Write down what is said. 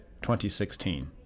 2016